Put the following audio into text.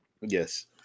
yes